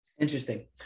Interesting